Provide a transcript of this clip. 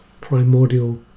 primordial